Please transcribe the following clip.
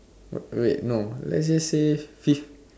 oh wait no let's just says fif~